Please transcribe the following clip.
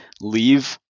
leave